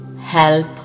help